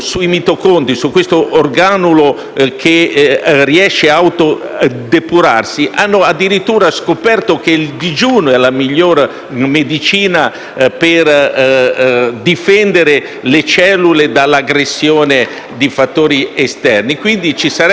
autodepurarsi, ha scoperto che il digiuno è la miglior medicina per difendere le cellule dall'aggressione di fattori esterni. Quindi ci sarebbe da disquisire in maniera continua